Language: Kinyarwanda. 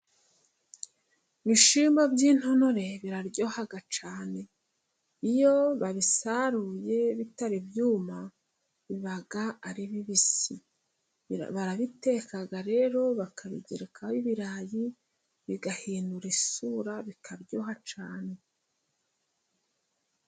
Ibishyimbo by'intonore biraryoha cyane. Iyo babisaruye bitari ibyuma, biba ari bibisi. Barabiteka rero bakabigerekaho ibirayi, bigahindura isura, bikaryoha cyane.